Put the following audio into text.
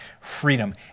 freedom